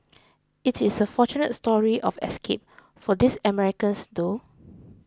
it is a fortunate story of escape for these Americans though